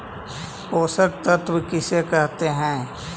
पोषक तत्त्व किसे कहते हैं?